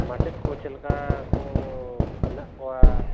ᱢᱟᱪᱮᱫ ᱠᱚ ᱪᱮᱫ ᱞᱮᱠᱟ ᱠᱚ ᱢᱮᱱᱟᱜ ᱠᱚᱣᱟ